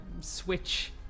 switch